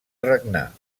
regnar